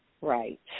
Right